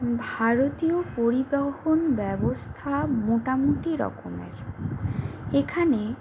ভারতীয় পরিবহন ব্যবস্থা মোটামুটি রকমের এখানে